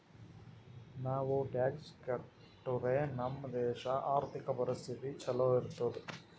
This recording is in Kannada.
ನಾವು ಟ್ಯಾಕ್ಸ್ ಕಟ್ಟುರೆ ನಮ್ ದೇಶ ಆರ್ಥಿಕ ಪರಿಸ್ಥಿತಿ ಛಲೋ ಇರ್ತುದ್